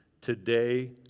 Today